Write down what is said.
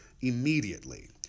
immediately